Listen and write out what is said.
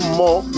more